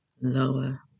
lower